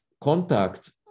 contact